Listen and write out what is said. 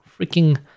freaking